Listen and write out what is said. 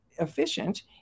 efficient